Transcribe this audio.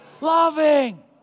loving